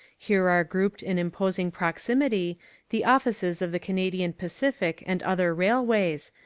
here are grouped in imposing proximity the offices of the canadian pacific and other railways,